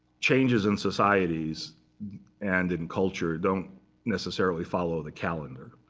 changes in societies and in culture don't necessarily follow the calendar.